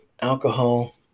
alcohol